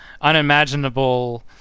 unimaginable